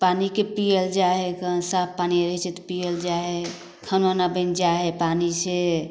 पानिके पीयल जाइ हइकन साफ पानि रहै छै तऽ पीयल जाइ हइ खाना उना बनि जाइ हइ पानि से